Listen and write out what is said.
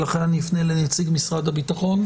ולכן אני אפנה לנציג משרד הביטחון.